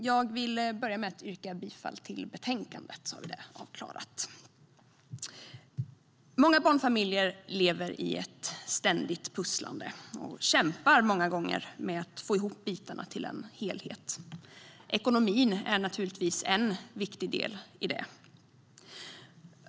Herr talman! Jag börjar med att yrka bifall till utskottets förslag i betänkandet. Många barnfamiljer lever i ett ständigt pusslande och kämpar många gånger med att få ihop bitarna till en helhet. Ekonomin är naturligtvis en viktig del i det.